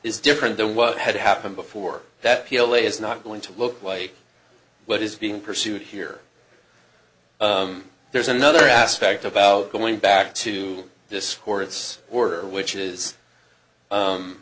is different than what had happened before that he'll lay is not going to look like what is being pursued here there's another aspect about going back to this court's order which is